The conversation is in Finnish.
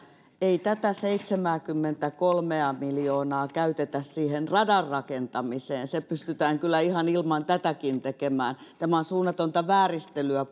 ei tätä seitsemääkymmentäkolmea miljoonaa käytetä siihen radan rakentamiseen se pystytään kyllä ihan ilman tätäkin tekemään tämä on suunnatonta vääristelyä